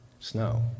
Snow